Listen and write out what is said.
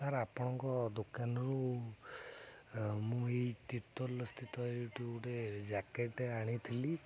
sir ଆପଣଙ୍କ ଦୋକାନରୁ ମୁଁ ଏଇ ଗୋଟେ ଜ୍ୟାକେଟ୍ ଆଣିଥିଲି